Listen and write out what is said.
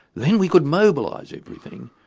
then we could mobilise everything,